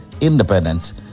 independence